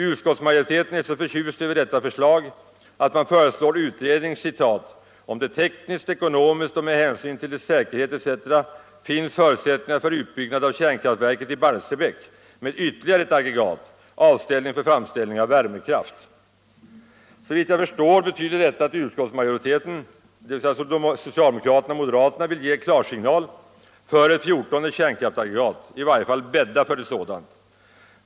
Utskottsmajoriteten är så förtjust över detta förslag att man föreslår utredning ”om det tekniskt, ekonomiskt och med hänsyn till säkerhet etc. finns förutsättningar för utbyggnad av kärnkraftverket i Barsebäck med ytterligare ett aggregat, avsett för framställning av värmekraft”. Såvitt jag förstår betyder detta att utskottsmajoriteten, dvs. socialdemokraterna och moderaterna, vill ge klarsignal för ett fjortonde kärnkraftaggregat, i varje fall bädda för ett sådant.